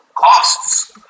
costs